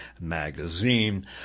magazine